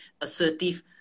assertive